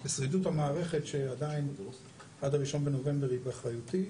ושרידות המערכת שעד ה-1 בנובמבר היא באחריותי,